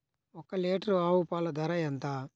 ఒక్క లీటర్ ఆవు పాల ధర ఎంత?